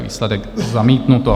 Výsledek: zamítnuto.